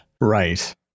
Right